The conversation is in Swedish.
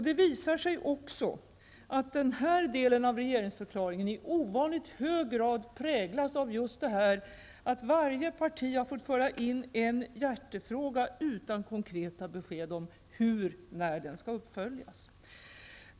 Det visar sig också att den här delen av regeringsförklaringen i ovanligt hög grad präglas av att varje parti har fått föra in en hjärtefråga utan att ge konkreta besked om hur och när den skall uppföljas.